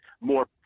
more